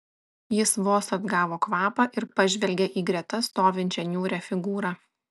jis vos atgavo kvapą ir pažvelgė į greta stovinčią niūrią figūrą